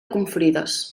confrides